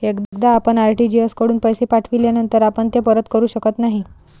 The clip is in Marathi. एकदा आपण आर.टी.जी.एस कडून पैसे पाठविल्यानंतर आपण ते परत करू शकत नाही